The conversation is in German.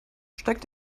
steigt